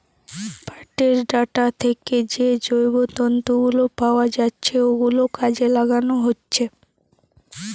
পাটের ডাঁটা থিকে যে জৈব তন্তু গুলো পাওয়া যাচ্ছে ওগুলো কাজে লাগানো হচ্ছে